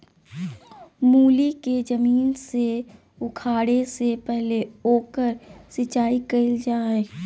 मूली के जमीन से उखाड़े से पहले ओकर सिंचाई कईल जा हइ